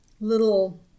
little